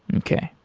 okay.